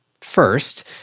First